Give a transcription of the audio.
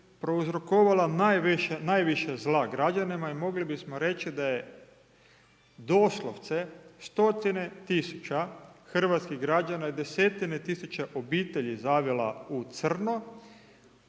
prouzrokovala najviše zla građanima i mogli bismo reći da je doslovce stotine tisuća hrvatskih građana i desetine tisuće obitelji zavila u crno,